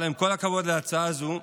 אבל עם כל הכבוד להצעה זו,